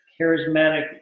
charismatic